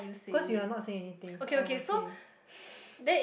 because you're not saying anything so I will say